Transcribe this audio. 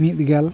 ᱢᱤᱫᱜᱮᱞ